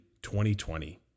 2020